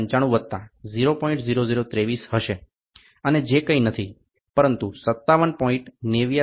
0023 હશે અને જે કંઈ નથી પરંતુ 57